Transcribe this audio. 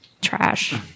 trash